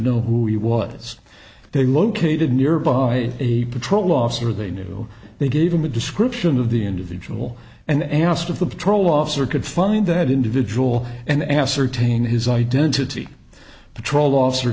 know who he was they located nearby a patrol officer they knew they gave him a description of the individual and asked of the patrol officer could find that individual and ascertain his identity patrol officer